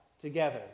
together